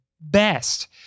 best